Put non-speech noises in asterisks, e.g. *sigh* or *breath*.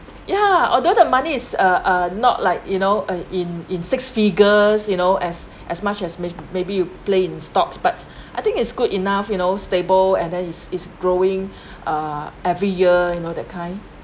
ya although the money is uh uh not like you know uh in in six figures you know as as much as may maybe you play in stocks but I think it's good enough you know stable and then it's it's growing *breath* uh every year you know that kind